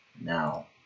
Now